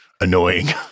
annoying